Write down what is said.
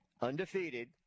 undefeated